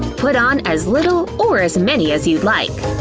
put on as little or as many as you'd like.